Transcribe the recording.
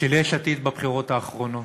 של יש עתיד בבחירות האחרונות,